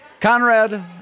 Conrad